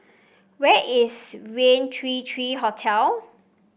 where is Raintr Three three Hotel